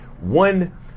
one